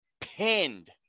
pinned